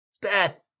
Beth